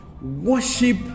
worship